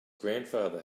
grandfather